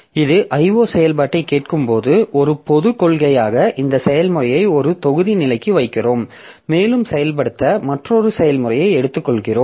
இது IO செயல்பாட்டைக் கேட்கும்போது ஒரு பொதுக் கொள்கையாக இந்த செயல்முறையை ஒரு தொகுதி நிலைக்கு வைக்கிறோம் மேலும் செயல்படுத்த மற்றொரு செயல்முறையை எடுத்துக்கொள்கிறோம்